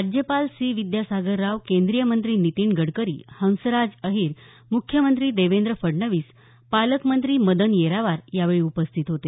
राज्यपाल सी विद्यासागर राव केंद्रीय मंत्री नितीन गडकरी हंसराज अहिर मुख्यमंत्री देवेंद्र फडणवीस पालकमंत्री मदन येरावार यावेळी उपस्थित होते